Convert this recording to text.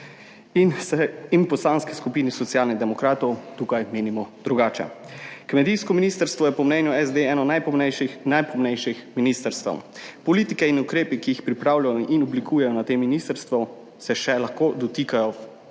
in v Poslanski skupini Socialnih demokratov tukaj menimo drugače. Kmetijsko ministrstvo je po mnenju SD eno najpomembnejših, najpomembnejših ministrstev politike in ukrepi, ki jih pripravljamo in oblikujejo na tem ministrstvu, se še lahko dotikajo